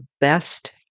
best